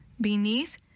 beneath